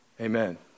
Amen